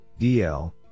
DL